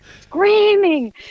screaming